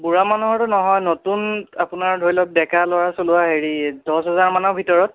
বুঢ়া মানুহৰতো নহয় নতুন আপোনাৰ ধৰি লওক ডেকা ল'ৰা চলোৱা হেৰি দহ হাজাৰ মানৰ ভিতৰত